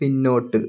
പിന്നോട്ട്